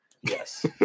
Yes